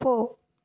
போ